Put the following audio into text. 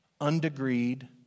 undegreed